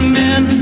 men